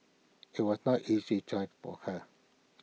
IT was not easy choice for her